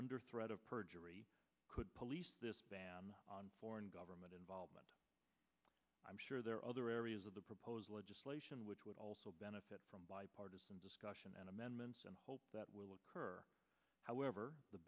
under threat of perjury could police foreign government involvement i'm sure there are other areas of the proposed legislation which would also benefit from bipartisan discussion and amendments and i hope that will occur however the